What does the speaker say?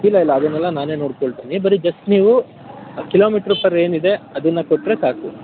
ಇಲ್ಲ ಇಲ್ಲ ಅದನೆಲ್ಲ ನಾನೇ ನೋಡಿಕೊಳ್ತೀನಿ ಬರಿ ಜಸ್ಟ್ ನೀವು ಕಿಲೋಮೀಟ್ರ್ ಪರ್ ಏನಿದೆ ಅದನ್ನು ಕೊಟ್ಟರೆ ಸಾಕು